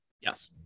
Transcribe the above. Yes